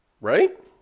Right